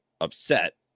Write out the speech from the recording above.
upset